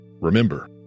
Remember